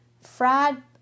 fried